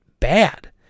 bad